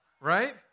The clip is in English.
Right